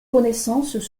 connaissances